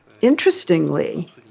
Interestingly